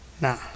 Nah